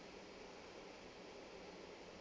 mm